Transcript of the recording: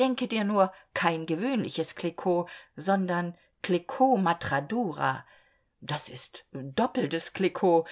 denke dir nur kein gewöhnliches cliquot sondern cliquot matradura das ist doppeltes cliquot